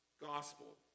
Gospel